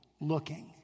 looking